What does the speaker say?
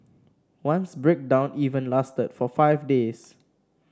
once breakdown even lasted for five days